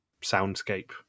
soundscape